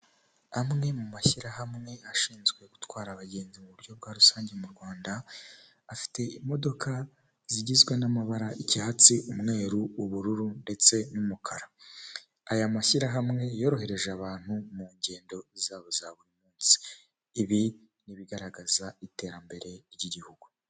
Amwe mu mashyirahamwe ashinzwe gutwara abagenzi mu buryo bwa rusange mu Rwanda, afite imodoka zigizwe n'amabara icyatsi, umweru, ubururu ndetse n'umukara, aya mashyirahamwe yorohereje abantu mu ngendo zabo za buri munsi, ibi ni ibigaragaza iterambere ry'igihugu.